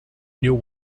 new